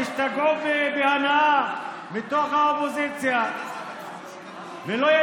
תשגעו בהנאה מתוך האופוזיציה ולא תהיה